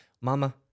Mama